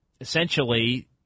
Essentially